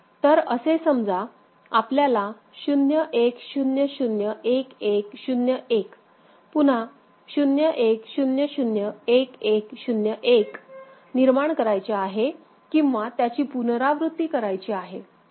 तर असे समजा आपल्याला 0 1 0 0 1 1 0 1 पुन्हा 0 1 0 0 1 1 0 1 निर्माण करायचे आहे किंवा त्याची पुनरावृत्ती करायची आहे